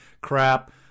crap